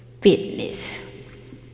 fitness